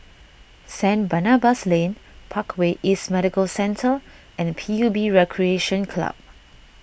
Saint Barnabas Lane Parkway East Medical Centre and P U B Recreation Club